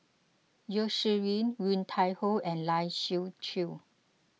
Yeo Shih Yun Woon Tai Ho and Lai Siu Chiu